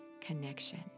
connection